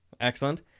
excellent